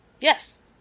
yes